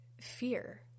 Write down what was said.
Fear